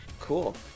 Cool